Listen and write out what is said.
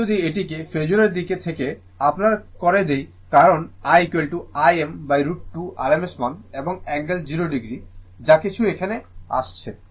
আমি যদি এটাকে ফেজোরের দিক থেকে আপনার করে দেই কারণ i Im √ 2 rms মান এবং অ্যাঙ্গেল 0o যা কিছু এখানে আসছে